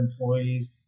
employees